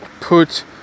put